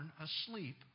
asleep